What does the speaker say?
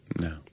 No